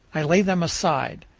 i lay them aside.